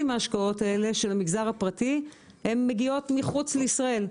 מההשקעות האלה של המגזר הפרטי מגיעות מחוץ לישראל.